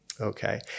Okay